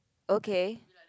okay